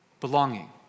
belonging